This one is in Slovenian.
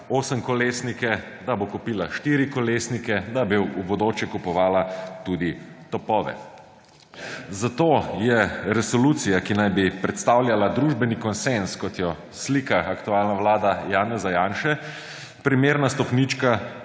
osemkolesnike, da bo kupila štirikolesnike, da bi v bodoče kupovala tudi topove. Zato je resolucija, ki naj bi predstavljala družbeni konsenz, kot jo slika aktualna vlada Janeza Janše, primerna stopnička,